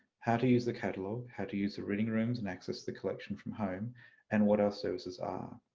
how to use the catalogue, how to use the reading rooms and access the collection from home and what our services are.